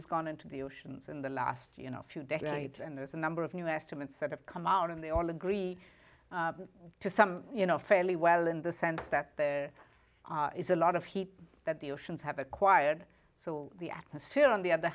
has gone into the oceans in the last you know a few decades and there's a number of new estimates that have come out and they all agree to some you know fairly well in the sense that there is a lot of heat that the oceans have acquired so the atmosphere on the other